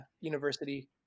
university